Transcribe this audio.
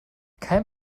kein